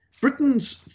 Britain's